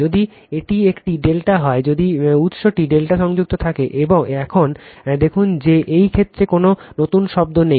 যদি এটি একটি ∆ হয় যদি উত্সটি ∆ সংযুক্ত থাকে এখন দেখুন যে এই ক্ষেত্রে কোন নতুন শব্দ নেই